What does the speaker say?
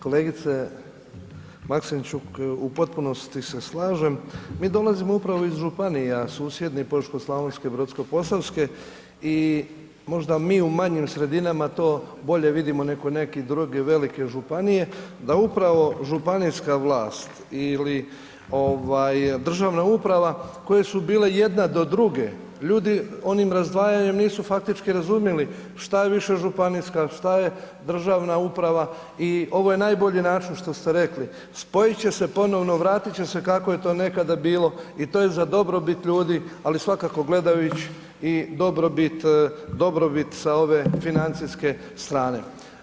Kolegice Maksimčuk, u potpunosti se slažem, mi dolazimo upravo iz županija susjednih, Požeško-slavonske i Brodsko-posavske i možda mi u manjim sredinama to bolje vidimo nego neke druge velike županije da upravo županijska vlast ili državna uprava koje su bile jedna do druge, ljudi onim razdvajanjem nisu faktički razumjeli šta je više županijska, šta je državna uprava i ovo je najbolji način što ste rekli, spojit će se ponovno, vratiti će se kako je to nekada bilo i to je za dobrobit ljudi ali svakako gledajući i dobrobit sa ove financijske strane.